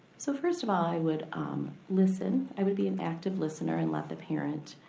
so first of all i would um listen. i would be an active listener and let the parent